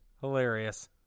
Hilarious